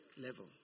level